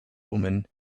woman